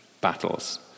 battles